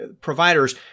providers